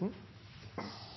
her